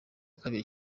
kabiri